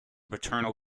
paternal